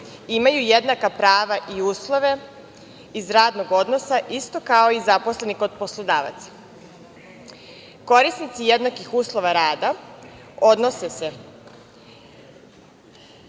imaju jednaka prava i uslove iz radnog odnosa isto kao i zaposleni kod poslodavaca. Korisnici jednakih uslova rada odnose se